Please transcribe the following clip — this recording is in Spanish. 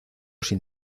sin